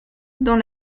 dans